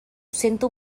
sento